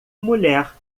mulher